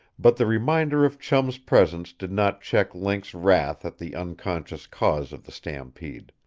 but the reminder of chum's presence did not check link's wrath at the unconscious cause of the stampede.